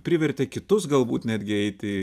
privertė kitus galbūt netgi eiti